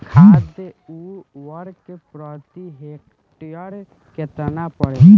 खाद व उर्वरक प्रति हेक्टेयर केतना परेला?